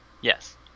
Yes